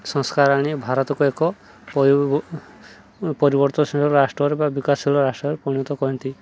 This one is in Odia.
ସଂସ୍କାର ଆଣି ଭାରତକୁ ଏକ ପରି ପରିବର୍ତ୍ତନଶୀଳ ରାଷ୍ଟ୍ରରେ ବା ବିକାଶଶୀଳ ରାଷ୍ଟ୍ରରେ ପରିଣତ କରନ୍ତି